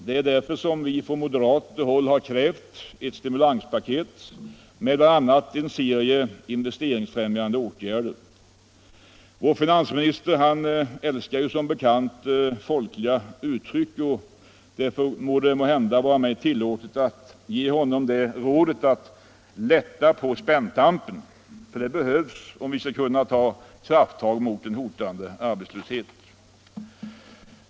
Det är därför som vi moderater har krävt ett stimulanspaket med bl.a. en serie investeringsfrämjande åtgärder. Finansministern älskar som bekant folkliga uttryck, och därför må det vara mig tillåtet att ge honom rådet att lätta på spänntampen. Det behövs om vi skall kunna ta krafttag mot en hotande arbetslöshet.